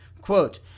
quote